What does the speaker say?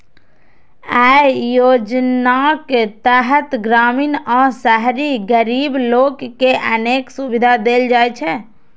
अय योजनाक तहत ग्रामीण आ शहरी गरीब लोक कें अनेक सुविधा देल जाइ छै